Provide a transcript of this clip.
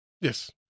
Yes